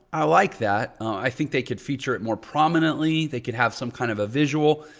i like that. i think they could feature it more prominently. they could have some kind of a visual,